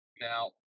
Now